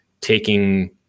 taking